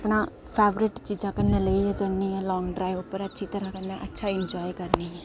अपना फेवरेट चीजां कन्नै लेइयै जन्नी लॉंग ड्राइव उप्पर अच्छी तरह् अच्छा इंजॉए करनी आं